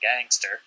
Gangster